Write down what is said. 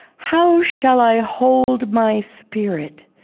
how shall i hold my spirit,